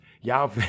Y'all